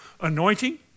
anointing